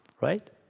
right